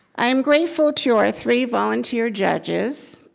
i am grateful to our three volunteer judges,